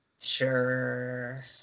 Sure